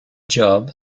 job